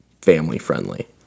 family-friendly